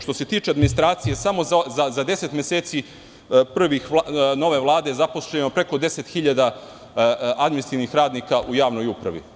Što se tiče administracije, samo za prvih deset meseci nove Vlade zapošljeno preko 10 hiljada administrativnih radnika u javnoj upravi.